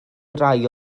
rai